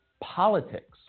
politics